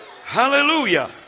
Hallelujah